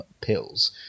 pills